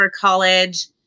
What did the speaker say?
college